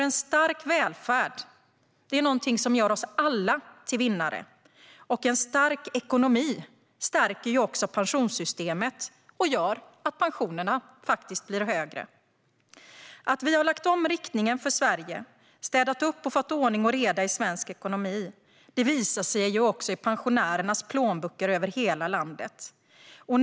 En stark välfärd är något som gör oss alla till vinnare, och en stark ekonomi stärker också pensionssystemet och gör att pensionerna blir högre. Att vi har lagt om riktningen för Sverige, städat upp och fått ordning och reda i svensk ekonomi visar sig också i pensionärernas plånböcker över hela landet.